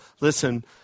listen